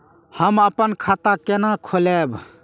हम अपन खाता केना खोलैब?